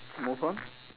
move on